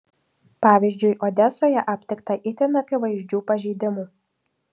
pavyzdžiui odesoje aptikta itin akivaizdžių pažeidimų